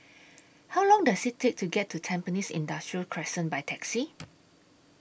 How Long Does IT Take to get to Tampines Industrial Crescent By Taxi